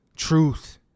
truth